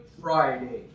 Friday